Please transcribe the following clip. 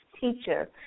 teacher